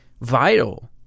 vital